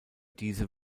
diese